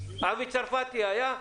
אבי צרפתי, היה?